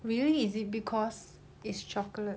really is it because it's chocolate